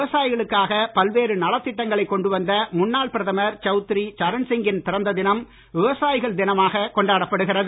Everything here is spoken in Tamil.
விவசாயிகளுக்காக பல்வேறு நலத்திட்டங்களை கொண்டுவந்த முன்னாள் பிரதமர் சவுத்ரி சரண் சிங்கின் பிறந்த தினம் விவசாயிகள் தினமாக கொண்டாடப்படுகிறது